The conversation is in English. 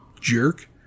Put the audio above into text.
jerk